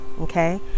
Okay